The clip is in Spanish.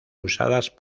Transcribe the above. usadas